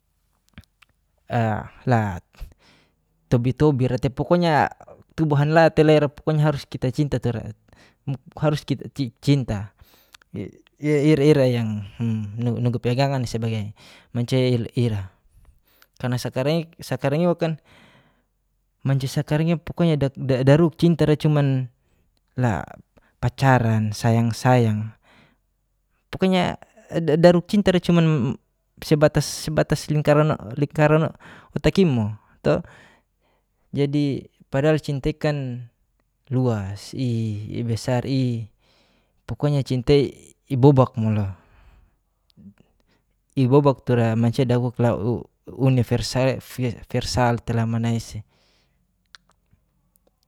Ea lat tobi tobi ra pokonya tubuhan la te ira pokonya harus kita cinta tura harus kita cinta ira ira yang hu nugu pegangan sebagai mancia ila ira. karna sakarang i sakarang iwakan mancia sakarang iwa pokonya da daruk cinta ra cuman la pacaran, sayang-sayang, pokonya da daruk cinta ra cuman sebatas sebatas lingkaran lingkaran otak i mo to. jadi padal cinta i kan luas i ibesar i pokonya cinta ibobak mo lo. ibobak tura mancia dakuk la u universal tela manaisi